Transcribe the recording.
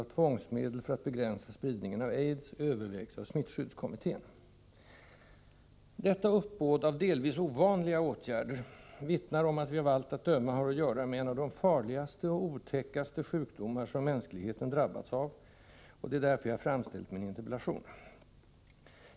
av tvångsmedel för att begränsa spridningen av AIDS övervägs av smitt . skyddskommittén. Detta uppbåd av delvis ovanliga åtgärder vittnar om att vi av allt att döma har att göra med en av de farligaste och otäckaste sjukdomar som mänskligheten drabbats av, och det är därför jag framställt min interpellation.